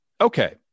Okay